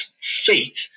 seat